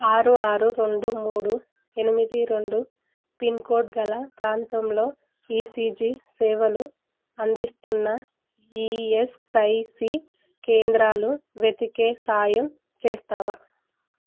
ఆరు ఆరు రెండు మూడు ఎనిమిది రెండు పిన్ కోడ్ గల ప్రాంతంలో ఈసీజీ సేవలు అందిస్తున్న ఈఎస్ఐసి కేంద్రాలు వెతికే సాయం చేస్తావా